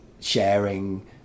sharing